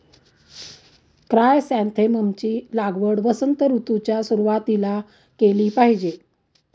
chrysanthemum ची लागवड वसंत ऋतूच्या सुरुवातीला केली पाहिजे